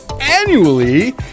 annually